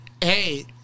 hey